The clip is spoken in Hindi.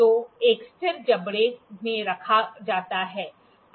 इसे एक स्थिर जबड़े में रखा जाता है